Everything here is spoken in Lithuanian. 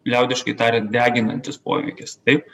liaudiškai tariant deginantis poveikis taip